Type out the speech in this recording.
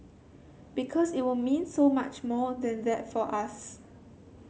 because it will mean so much more than that for us